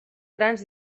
grans